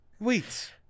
Wait